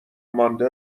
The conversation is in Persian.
مانده